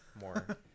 more